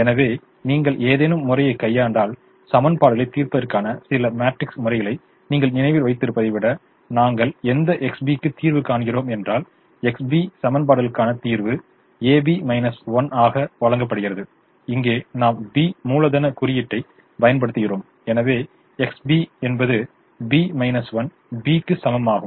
எனவே நீங்கள் ஏதேனும் முறையை கையாண்டால் சமன்பாடுகளைத் தீர்ப்பதற்கான சில மேட்ரிக்ஸ் முறைகளை நீங்கள் நினைவில் வைத்திருப்பதை விட நாங்கள் எந்த XBக்கு தீர்வு காண்கிறோம் என்றால் XB சமன்பாடுகளுக்கான தீர்வு AB 1 ஆக வழங்கப்படுகிறது இங்கே நாம் B மூலதன குறியீட்டைப் பயன்படுத்துகிறோம் எனவே XB என்பது B 1 B க்கு சமமாகும்